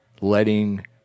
letting